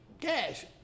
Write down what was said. cash